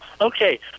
okay